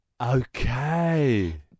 Okay